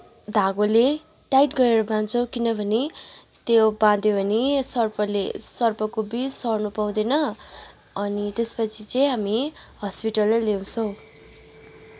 धागोले टाइट गरेर बाँध्छौँ किनभने त्यो बाँध्यो भने सर्पले सर्पको विष सर्न पाउँदैन अनि त्यसपछि चाहिँ हामी हस्पिटलै ल्याउँछौँ